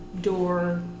door